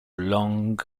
long